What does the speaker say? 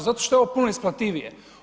Zato što je ovo puno isplativije.